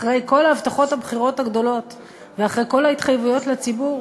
אחרי כל הבטחות הבחירות הגדולות ואחרי כל ההתחייבות לציבור,